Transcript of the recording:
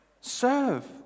serve